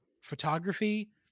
photography